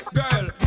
girl